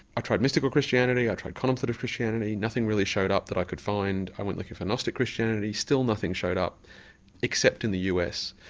i tried mystical christianity, i tried sort of christianity, nothing really showed up that i could find. i went looking for gnostic christianity, still nothing showed up except in the us.